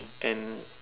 and